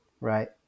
right